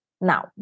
Now